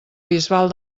bisbal